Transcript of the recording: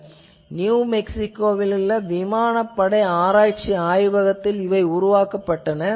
இது நியு மெக்ஸிகோவிலுள்ள விமானப்படை ஆராய்ச்சி ஆய்வகத்தில் உருவாக்கப்பட்டன